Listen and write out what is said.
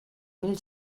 mil